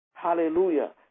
Hallelujah